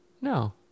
No